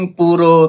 puro